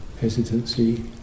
hesitancy